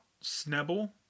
Snubble